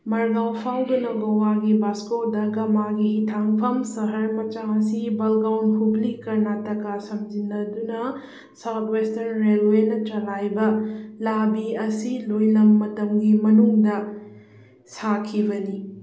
ꯃꯥꯔꯒꯥꯎ ꯐꯥꯎꯗꯨꯅ ꯑꯧꯋꯥꯒꯤ ꯕꯥꯁꯀꯣ ꯗ ꯒꯥꯃꯥꯒꯤ ꯍꯤꯊꯥꯡꯐꯝ ꯁꯍꯔ ꯃꯆꯥ ꯕꯜꯒꯥꯎꯟ ꯍꯨꯒ꯭ꯂꯤ ꯀꯔꯅꯥꯇꯀꯥ ꯁꯝꯖꯤꯟꯅꯗꯨꯅ ꯋꯥꯎꯠ ꯋꯦꯁꯇ꯭ꯔꯟ ꯔꯦꯜꯋꯦꯅ ꯆꯂꯥꯏꯕ ꯂꯥꯕꯤ ꯑꯁꯤ ꯂꯣꯏꯂꯝ ꯃꯇꯝꯒꯤ ꯃꯅꯨꯡꯗ ꯁꯥꯈꯤꯕꯅꯤ